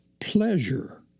pleasure